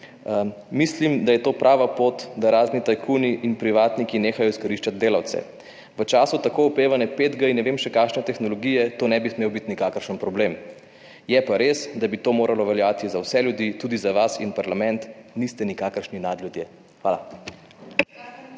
Mislim, da je to prava pot, da razni tajkuni in privatniki nehajo izkoriščati delavce v času tako opevane G5 in ne vem še kakšne tehnologije to ne bi smel biti nikakršen problem. Je pa res, da bi to moralo veljati za vse ljudi, tudi za vas in parlament. Niste nikakršni nad ljudje. Hvala.